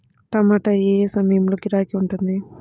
టమాటా ఏ ఏ సమయంలో గిరాకీ ఉంటుంది?